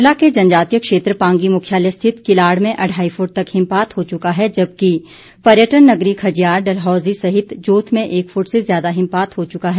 ज़िला के जनजातीय क्षेत्र पांगी मुख्यालय स्थित किलाड़ में अढ़ाई फूट तक हिमपात हो चुका है जबकि पर्यटन नगरी खजियार डलहौजी सहित जोत में एक फुट से ज्यादा हिमपात हो चुका है